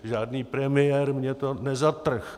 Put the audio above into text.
Žádný premiér mně to nezatrhl.